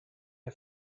you